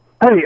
Hey